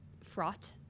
fraught